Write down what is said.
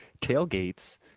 tailgates